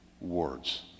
words